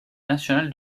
national